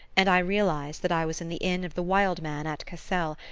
and i realized that i was in the inn of the wild man at cassel,